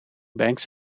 banks